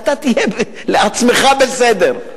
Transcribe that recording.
אתה תהיה לעצמך בסדר.